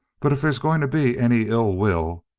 but if there's going to be any ill will,